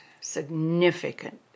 significant